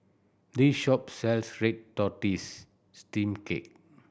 this shop sells red tortoise steamed cake